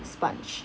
a sponge